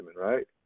right